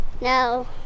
No